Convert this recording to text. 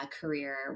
career